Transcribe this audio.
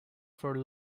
for